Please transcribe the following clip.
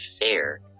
fair